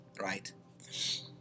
right